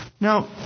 Now